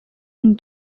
une